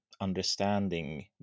understanding